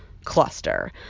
cluster